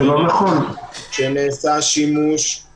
הדיון המהיר שיזמתי הגיע עקב שני פרסומים מטרידים